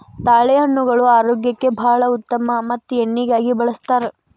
ತಾಳೆಹಣ್ಣುಗಳು ಆರೋಗ್ಯಕ್ಕೆ ಬಾಳ ಉತ್ತಮ ಮತ್ತ ಎಣ್ಣಿಗಾಗಿ ಬಳ್ಸತಾರ